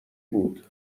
بود